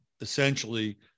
essentially